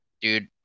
Dude